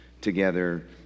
together